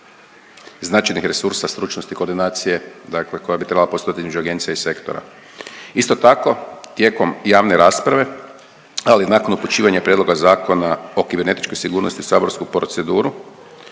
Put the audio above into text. značajnih resursa, stručnosti, koordinacije, dakle koja bi trebala postojati između agencija i sektora. Isto tako, tijekom javne rasprave, ali nakon upućivanja Prijedloga Zakona o kibernetičkoj sigurnosti u saborsku proceduru,